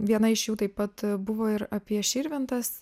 viena iš jų taip pat buvo ir apie širvintas